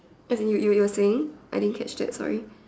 as in you you were saying I didn't catch that sorry